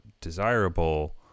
desirable